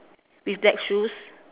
with black shoes